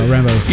Rambo